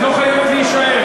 את לא חייבת להישאר.